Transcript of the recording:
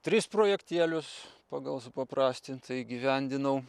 tris projektėlius pagal supaprastintą įgyvendinau